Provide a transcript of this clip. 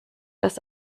das